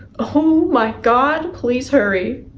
oh my god, please hurry!